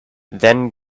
then